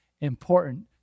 important